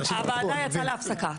הוועדה יצאה להפסקה.